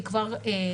הבדיקה כבר פותחה.